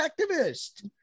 activist